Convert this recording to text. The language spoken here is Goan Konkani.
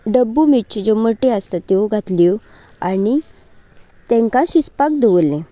डब्बू मिर्ची ज्यो मोठ्यो आसतात त्यो घातल्यो आनी तें शिजपाक दवरलें